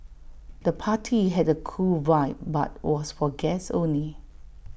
the party had A cool vibe but was for guests only